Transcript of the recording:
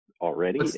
already